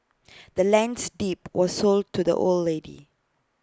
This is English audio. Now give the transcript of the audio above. the land's deed was sold to the old lady